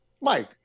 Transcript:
Mike